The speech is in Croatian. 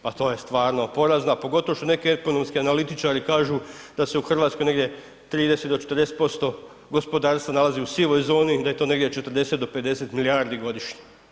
Pa to je stvarno porazno a pogotovo što neki ekonomski analitičari kažu da se u Hrvatskoj negdje 30 do 40% gospodarstva nalazi u sivoj zoni i da je to negdje 40 do 50 milijardi godišnje.